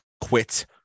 quit